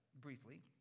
briefly